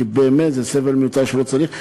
כי באמת זה סבל מיותר שלא צריך.